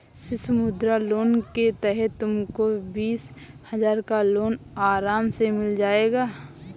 शिशु मुद्रा लोन के तहत तुमको बीस हजार का लोन आराम से मिल जाएगा